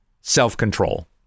self-control